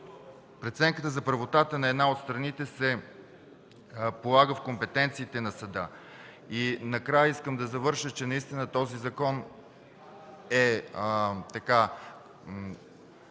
Преценката за правотата на една от страните се полага в компетенциите на съда. Накрая искам да завърша с това, че наистина този закон